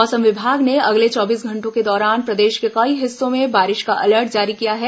मौसम विभाग ने अगले चौबीस घंटों के दौरान प्रदेश के कई हिस्सों में बारिश का अलर्ट जारी किया है